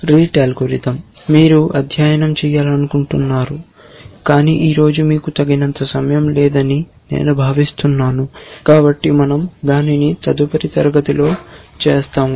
RETE algorithm మీరు అధ్యయనం చేయాలనుకుంటున్నారు కాని ఈ రోజు మీకు తగినంత సమయం లేదని నేను భావిస్తున్నాను కాబట్టి మనం దానిని తదుపరి తరగతిలో చేస్తాము